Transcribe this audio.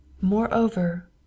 Moreover